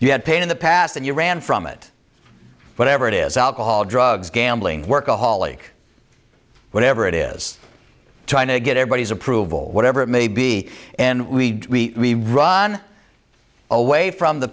you had pain in the past and you ran from it whatever it is alcohol drugs gambling workaholic whatever it is trying to get everybody's approval whatever it may be and we run away from the